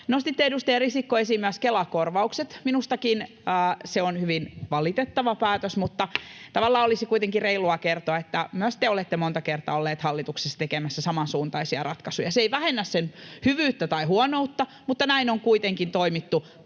Nostitte, edustaja Risikko, esiin myös Kela-korvaukset. Minustakin se on hyvin valitettava päätös, mutta tavallaan olisi kuitenkin reilua kertoa, että myös te olette monta kertaa olleet hallituksessa tekemässä samansuuntaisia ratkaisuja. Se ei vähennä sen hyvyyttä tai huonoutta, mutta näin on kuitenkin toimittu